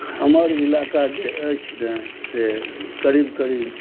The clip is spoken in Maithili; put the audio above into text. हमर इलाका जे अछि ने से करीब करीब